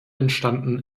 entstanden